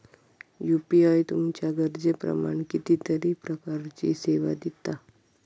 UPI तुमच्या गरजेप्रमाण कितीतरी प्रकारचीं सेवा दिता